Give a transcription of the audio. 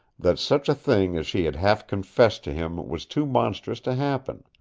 that such a thing as she had half confessed to him was too monstrous to happen.